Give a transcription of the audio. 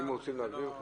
לא.